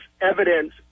evidence